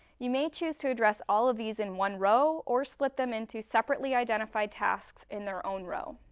you may choose to address all of these in one row or split them into separately identified tasks in their own row.